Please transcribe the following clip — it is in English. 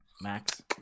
Max